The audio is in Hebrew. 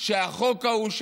שהחוק ההוא,